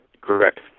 Correct